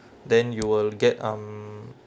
then you will get um